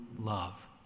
love